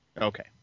Okay